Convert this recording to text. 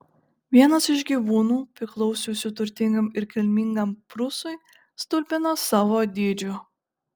vienas iš gyvūnų priklausiusių turtingam ir kilmingam prūsui stulbina savo dydžiu